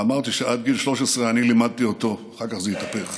ואמרתי שעד גיל 13 אני לימדתי אותו ואחר כך זה התהפך.